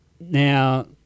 Now